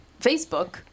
Facebook